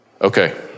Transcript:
Okay